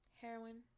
Heroin